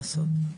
לעשות,